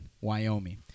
Wyoming